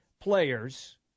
players